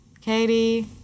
Katie